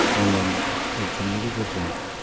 online एग्जामनि गेजेरजों